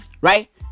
Right